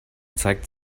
zeigt